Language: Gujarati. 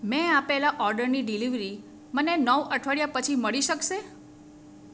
મેં આપેલા ઓર્ડરની ડિલિવરી મને નવ અઠવાડિયા પછી મળી શકશે